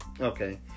Okay